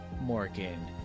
Morgan